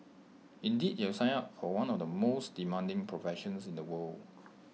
indeed you have signed up for one of the most demanding professions in the world